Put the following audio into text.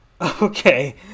Okay